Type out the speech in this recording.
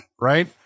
right